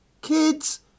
kids